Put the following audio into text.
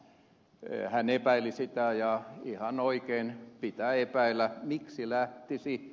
hän epäili sitä ja ihan oikein pitää epäillä miksi lähtisi